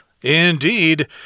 Indeed